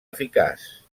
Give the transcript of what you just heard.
eficaç